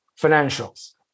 Financials